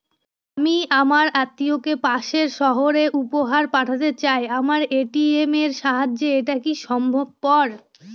আমি আমার আত্মিয়কে পাশের সহরে উপহার পাঠাতে চাই আমার এ.টি.এম এর সাহায্যে এটাকি সম্ভবপর?